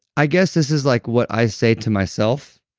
i guess this is like what i say to myself.